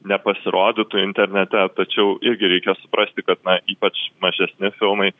nepasirodytų internete tačiau irgi reikia suprasti kad na ypač mažesni filmai